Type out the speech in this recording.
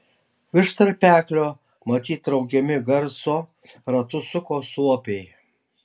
virš tarpeklio matyt traukiami garso ratus suko suopiai